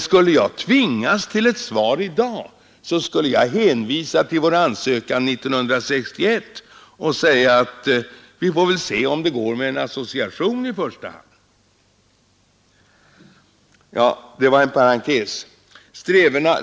Skulle jag tvingas lämna ett svar i dag, skulle jag hänvisa till vår ansökan 1961 och säga att vi i första hand får se, om det går att åstadkomma en association. — Detta var som sagt en parentes.